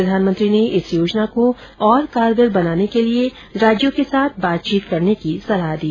प्रधानमंत्री ने इस योजना को और कारगर बनाने के लिए राज्यों के साथ बातचीत करने की सलाह दी